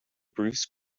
bruce